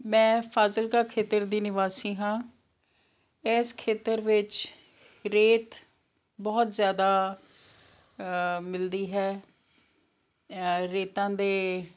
ਮੈਂ ਫਾਜ਼ਿਲਕਾ ਖੇਤਰ ਦੀ ਨਿਵਾਸੀ ਹਾਂ ਇਸ ਖੇਤਰ ਵਿੱਚ ਰੇਤ ਬਹੁਤ ਜ਼ਿਆਦਾ ਮਿਲਦੀ ਹੈ ਰੇਤਾਂ ਦੇ